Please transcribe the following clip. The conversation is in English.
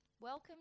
Welcome